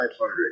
500